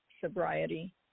sobriety